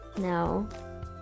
No